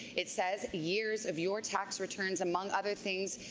it says, years of your tax returns among other things.